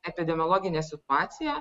epidemiologinė situacija